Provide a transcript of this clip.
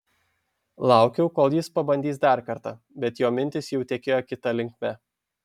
laukiau kol jis pabandys dar kartą bet jo mintys jau tekėjo kita linkme